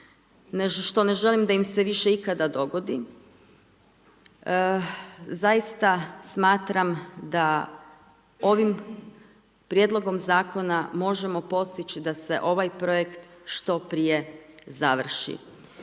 što ne želim da im se više ikada dogodi, zaista smatram da ovim prijedlogom zakona možemo postići da se ovaj projekt što prije završi.